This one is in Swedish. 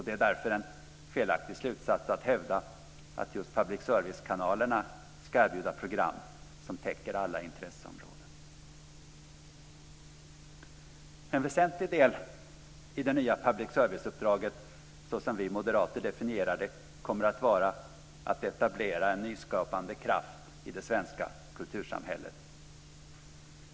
Det är därför en felaktig slutsats att hävda att just public service-kanalerna ska erbjuda program som täcker alla intresseområden. En väsentlig del i det nya public serviceuppdraget, såsom vi moderater definierar det, kommer att vara att etablera en nyskapande kraft i det svenska kultursamhället.